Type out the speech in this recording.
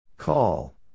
Call